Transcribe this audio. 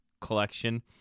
collection